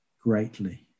greatly